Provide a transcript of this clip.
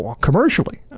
commercially